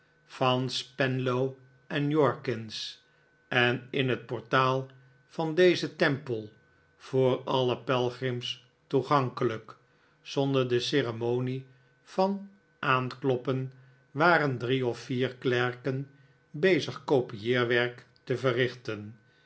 van spenlow en jorkins en in het portaal van dezen tempel voor alle pelgrims toegankelijk zonder de ceremonie van aankloppen waren drie of vier klerken bezig kopieerwerk te verrichten